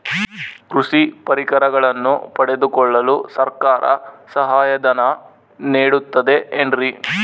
ಕೃಷಿ ಪರಿಕರಗಳನ್ನು ಪಡೆದುಕೊಳ್ಳಲು ಸರ್ಕಾರ ಸಹಾಯಧನ ನೇಡುತ್ತದೆ ಏನ್ರಿ?